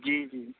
جی جی